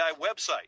website